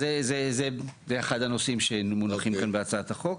אז זה אחד הנושאים שמונחים כאן בהצעת החוק.